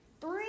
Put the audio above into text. Three